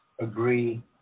agree